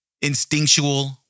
instinctual